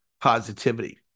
positivity